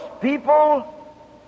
people